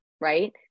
right